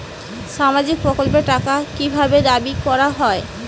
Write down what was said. সামাজিক প্রকল্পের টাকা কি ভাবে দাবি করা হয়?